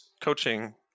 coaching